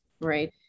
right